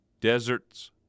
deserts